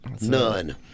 None